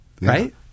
Right